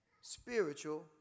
spiritual